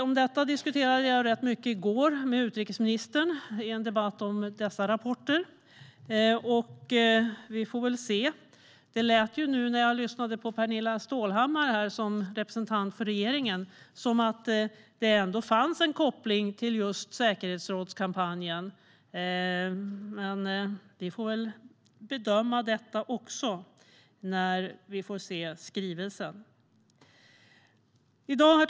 Om detta diskuterade jag rätt mycket i går med utrikesministern i en debatt om dessa rapporter. Vi får väl se. När jag nu lyssnade på Pernilla Stålhammar som representant för regeringen lät det som att det ändå fanns en koppling till just säkerhetsrådskampanjen. Vi får väl bedöma också detta när vi får se skrivelsen. Herr talman!